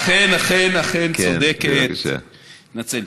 אכן, אכן, אכן, צודקת, מתנצל.